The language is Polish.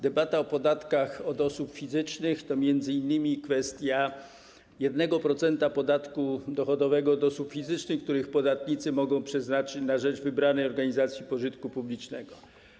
Debata o podatkach od osób fizycznych to m.in. kwestia 1% podatku dochodowego od osób fizycznych, który podatnicy mogą przeznaczyć na rzecz wybranej organizacji pożytku publicznego.